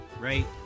right